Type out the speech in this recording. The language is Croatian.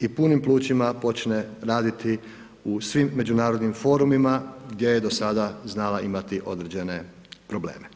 i punim plućima počne raditi u svim međunarodnim forumima gdje je do sada znala imati određene probleme.